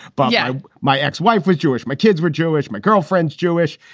but yeah my ex-wife was jewish. my kids were jewish. my girlfriend's jewish.